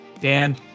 dan